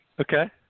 Okay